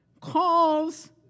calls